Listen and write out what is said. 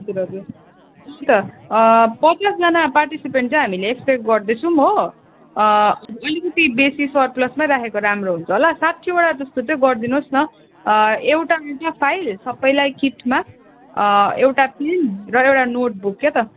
हजुर हजुर हो त पचासजना पार्टिसिपेन्ट्स हामीले एक्सपेक्ट गर्दैछौँ हो अलिकति बेसी सरप्लसमा राखेको राम्रो हुन्छ होला साठीवटा जस्तो चाहिँ गरिदिनु होस् न एउटा आउँछ फाइल सबैलाई किटमा एउटा पेन र एउटा नोटबुक क्या त